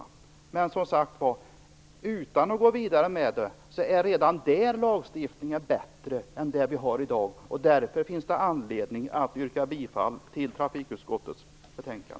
Även innan vi har gått vidare är dock den föreslagna lagstiftningen bättre än den som vi har i dag, och det finns därför anledning att yrka bifall till trafikutskottets hemställan.